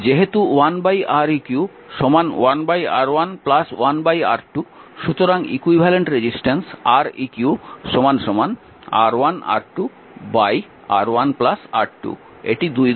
যেহেতু 1Req 1R1 1R2 সুতরাং equivalent resistance Req R1 R2 R1 R2